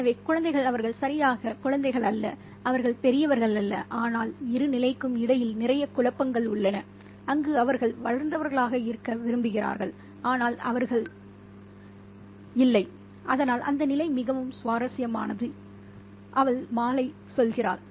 எனவே குழந்தைகள் அவர்கள் சரியாக குழந்தைகள் அல்ல அவர்கள் பெரியவர்கள் அல்ல ஆனால் இரு நிலைக்கும் இடையில் நிறைய குழப்பங்கள் உள்ளன அங்கு அவர்கள் வளர்ந்தவர்களாக இருக்க விரும்புகிறார்கள் ஆனால் அவர்கள் இல்லை அதனால் அந்த நிலை மிகவும் சுவாரஸ்யமானது அவள் மாலை சொல்கிறாள்